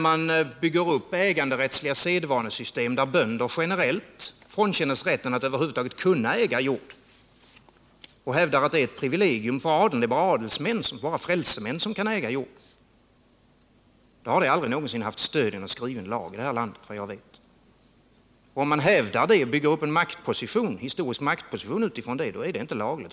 Man bygger upp äganderättsliga sedvanesystem, där bönder generellt frånkänns rätten att över huvud taget äga jord, och hävdar att detta är ett privilegium för adeln och att bara frälsemän kan äga jord, fastän det aldrig någonsin haft stöd i skriven lag. Hävdar man emellertid detta och på den grunden bygger upp en historisk maktposition, är det olagligt.